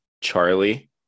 Charlie